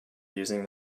using